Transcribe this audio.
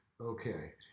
Okay